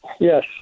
Yes